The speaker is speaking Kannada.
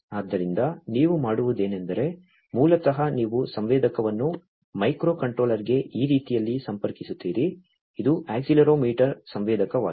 ಆದ್ದರಿಂದ ನೀವು ಮಾಡುವುದೇನೆಂದರೆ ಮೂಲತಃ ನೀವು ಸಂವೇದಕವನ್ನು ಮೈಕ್ರೊಕಂಟ್ರೋಲರ್ಗೆ ಈ ರೀತಿಯಲ್ಲಿ ಸಂಪರ್ಕಿಸುತ್ತೀರಿ ಇದು ಅಕ್ಸೆಲೆರೊಮೀಟರ್ ಸಂವೇದಕವಾಗಿದೆ